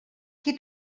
qui